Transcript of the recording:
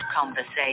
conversation